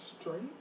straight